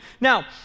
Now